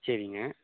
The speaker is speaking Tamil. சரிங்க